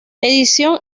edición